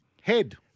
Head